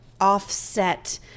offset